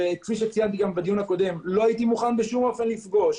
כפי שציינתי גם בדיון הקודם לא הייתי מוכן בשום אופן לפגוש